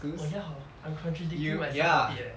oh ya hor I'm contradicting myself a bit eh